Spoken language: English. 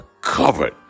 covered